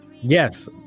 yes